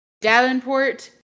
Davenport